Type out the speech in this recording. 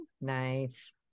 Nice